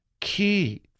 key